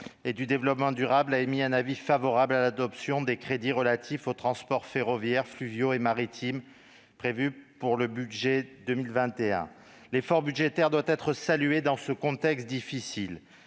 et du développement durable a émis un avis favorable sur l'adoption des crédits relatifs aux transports ferroviaires, fluviaux et maritimes prévus par le budget pour 2021. L'effort budgétaire doit être salué dans ce contexte difficile.